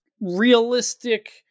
realistic